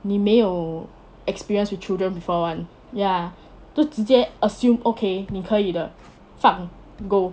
你没有 experience with children before [one] ya 就直接 assume okay 你可以的放 go